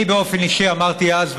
אני באופן אישי אמרתי אז,